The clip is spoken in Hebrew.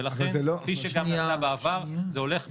ולכן כפי שגם נעשה בעבר זה הולך במדרגות.